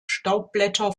staubblätter